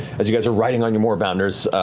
as you guys are riding on your moorbounders,